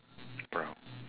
brown